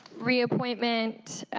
reappointment,